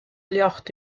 ljocht